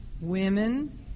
women